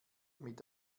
mit